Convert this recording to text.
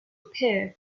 appear